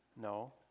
No